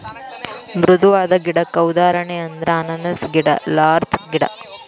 ಮೃದುವಾದ ಗಿಡಕ್ಕ ಉದಾಹರಣೆ ಅಂದ್ರ ಅನಾನಸ್ ಗಿಡಾ ಲಾರ್ಚ ಗಿಡಾ